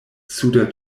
suda